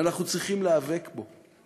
ואנחנו צריכים להיאבק בו.